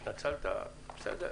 בסדר,